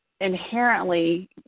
inherently